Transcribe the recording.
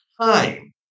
time